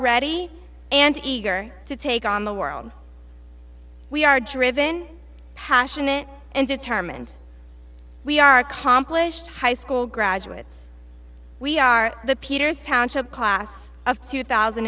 ready and eager to take on the world we are driven passionate and determined we are a compilation of high school graduates we are the peters township class of two thousand